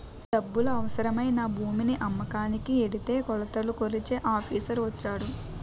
డబ్బులు అవసరమై నా భూమిని అమ్మకానికి ఎడితే కొలతలు కొలిచే ఆఫీసర్ వచ్చాడు